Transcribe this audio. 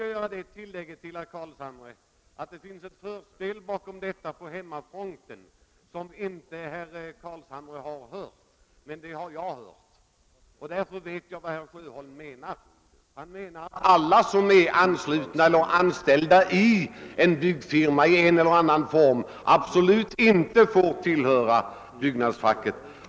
Jag vill sedan tala om för herr Carlshamre att det förekommit ett förspel till detta på hemmafronten. Det har herr Carlshamre inte hört, men jag har gjort det och därför vet jag vad herr Sjöholm menar. Han menar att alla som är anknutna till eller anställda i en byggfirma i en eller annan form absolut inte får tillhöra byggnadsnämnden.